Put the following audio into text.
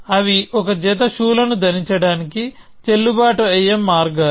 అవి ఒక జత షూలను ధరించడానికి చెల్లుబాటు అయ్యే మార్గాలు